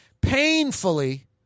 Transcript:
painfully